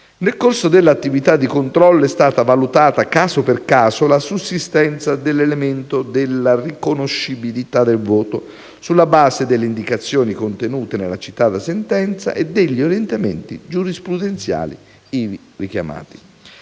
Nel corso dell'attività di controllo è stata valutata, caso per caso, la sussistenza dell'elemento della riconoscibilità del voto, sulla base delle indicazioni contenute nella citata sentenza e degli orientamenti giurisprudenziali ivi richiamati.